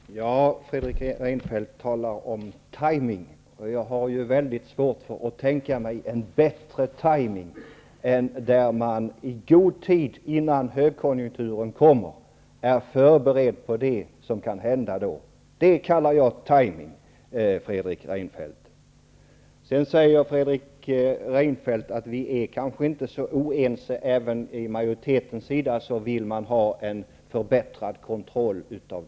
Herr talman! Fredrik Reinfeldt talar om timing. Jag har mycket svårt att tänka mig en bättre timing än där man i god tid innan högkonjunkturen kommer är förberedd på det som då kan hända. Det kallar jag timing, Fredrik Reinfeldt! Sedan säger Fredrik Reinfeldt att vi kanske inte är är så oense och att majoriteten vill ha en förbättrad kontroll.